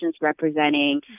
representing